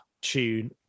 tune